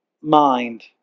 mind